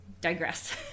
digress